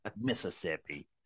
Mississippi